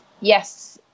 yes